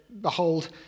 Behold